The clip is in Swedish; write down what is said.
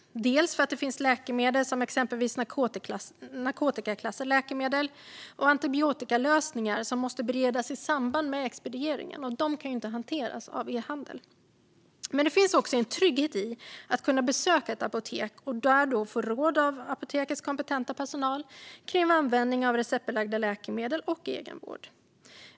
Det handlar dels om att det finns läkemedel som inte kan hanteras via e-handel, till exempel narkotikaklassade läkemedel och antibiotikalösningar som måste beredas i samband med expediering, dels om att det finns en trygghet i att kunna besöka ett apotek och där få råd av apotekets kompetenta personal kring användning av receptbelagda läkemedel och egenvård.